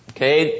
Okay